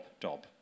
dob